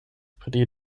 pri